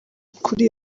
kuri